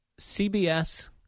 CBS